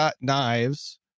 Knives